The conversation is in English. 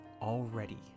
already